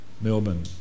Melbourne